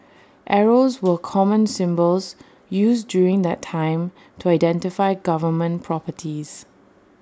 arrows were common symbols used during that time to identify government properties